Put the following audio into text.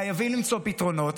חייבים למצוא פתרונות,